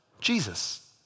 Jesus